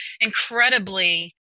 incredibly